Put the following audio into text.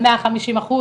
של מאה חמישים אחוז,